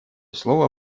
слово